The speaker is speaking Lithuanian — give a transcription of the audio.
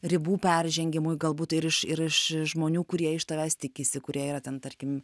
ribų peržengimui galbūt ir iš ir iš iš žmonių kurie iš tavęs tikisi kurie yra ten tarkim